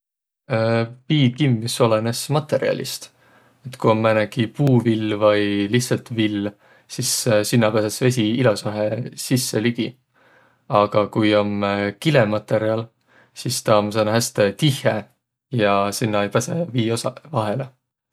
Viikimmüs olõnõs matõrjalist. Et ku om määnegi puuvill vai lihtsalt vill, sis sinnäq päses vesi ilosahe sisse ligi. Aga ku om kilematõrjal, sis tä om sääne häste tihhe ja sinnäq ei päseq viiosaq vaihõlõ.